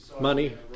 money